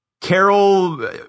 Carol